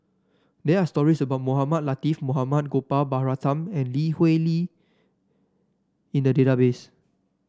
there are stories about Mohamed Latiff Mohamed Gopal Baratham and Lee Hui Li in the database